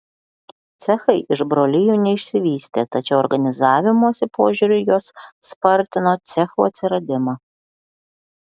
cechai iš brolijų neišsivystė tačiau organizavimosi požiūriu jos spartino cechų atsiradimą